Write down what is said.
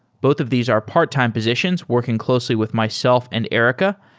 both of these are part-time positions working closely with myself and erica.